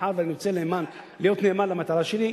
מאחר שאני רוצה להיות נאמן למטרה שלי,